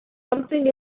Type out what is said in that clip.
something